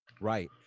right